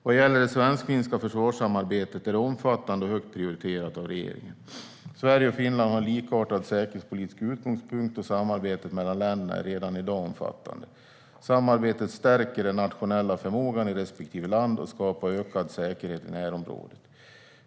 Vad gäller det svensk-finska försvarssamarbetet är det omfattande och högt prioriterat av regeringen. Sverige och Finland har en likartad säkerhetspolitisk utgångspunkt, och samarbetet mellan länderna är redan i dag omfattande. Samarbetet stärker den nationella förmågan i respektive land och skapar ökad säkerhet i närområdet.